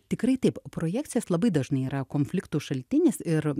tikrai taip projekcijos labai dažnai yra konfliktų šaltinis ir